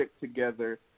together